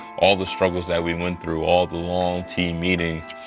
all the struggles that we went through, all the long team meetings,